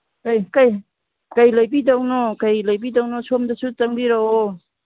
ꯀꯩ ꯂꯩꯕꯤꯗꯧꯅꯣ ꯀꯩ ꯂꯩꯕꯤꯗꯧꯅꯣ ꯁꯣꯝꯗꯁꯨ ꯆꯪꯕꯤꯔꯛꯑꯣ